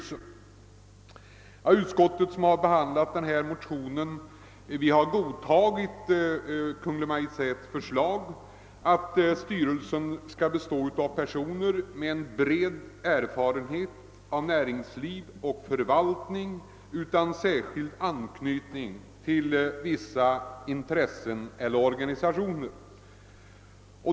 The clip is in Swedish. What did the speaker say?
När utskottet har behandlat motionen har utskottet godtagit Kungl. Maj:ts förslag att styrelsen skall bestå av personer med bred erfarenhet av näringsliv och förvaltning men utan särskild anknytning till speciella intressen eller organisationer.